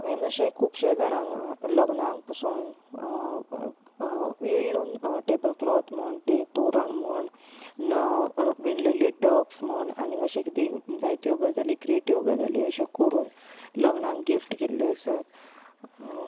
हांवें अशे खुबशे जाणांक लग्नाक पसून विणून टेबलक्लोत म्हण तोरण म्हण विणलेली डक्स म्हण आनी अशे किदें जायत्यो गजाली क्रियेटीव गजाली अश्यो कोरून लग्णाक गिफ्ट केल्ल्यो आसा